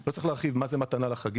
לא צריך להרחיב על מהי מתנה לחגים.